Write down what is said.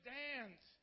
dance